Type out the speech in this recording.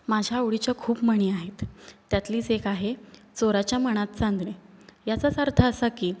माझ्या आवडीच्या खूप म्हणी आहेत त्यातलीच एक आहे चोराच्या मनात चांदणे याचाच अर्थ असा की